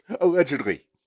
Allegedly